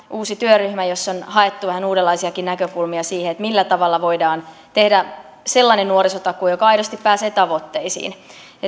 uusi nuorisotakuutyöryhmä jossa on haettu vähän uudenlaisiakin näkökulmia siihen millä tavalla voidaan tehdä sellainen nuorisotakuu joka aidosti pääsee tavoitteisiin